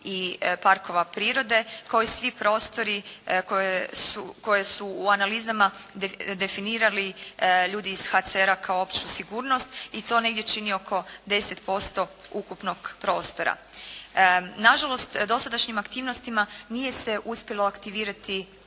i i svi prostori koje su u analizama definirali ljudi iz HCR-a kao opću sigurnost i to negdje čini oko 10% ukupnog prostora. Nažalost dosadašnjim aktivnostima nije se uspjelo aktivirati